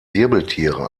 wirbeltiere